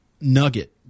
nugget